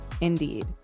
Indeed